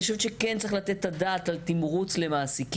אני חושבת שכן צריך לתת את הדעת על תמרוץ מעסיקים.